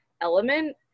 element